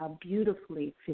beautifully